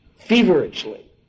Feverishly